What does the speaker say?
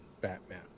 batman